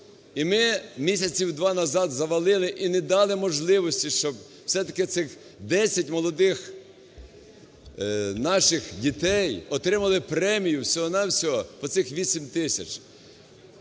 І ми місяців два назад завалили і не дали можливості, щоб все-таки цих 10 молодих наших дітей отримали премію всього-на-всього по цих 8 тисяч.